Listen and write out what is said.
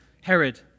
Herod